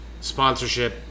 sponsorship